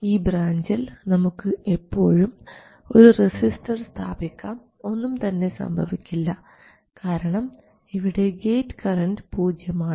ഈ ബ്രാഞ്ചിൽ നമുക്ക് എപ്പോഴും ഒരു റെസിസ്റ്റർ സ്ഥാപിക്കാം ഒന്നും തന്നെ സംഭവിക്കില്ല കാരണം ഇവിടെ ഗേറ്റ് കറൻറ് പൂജ്യമാണ്